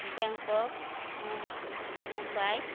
Bangkok ମୁମ୍ ମୁମ୍ବାଇ